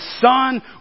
son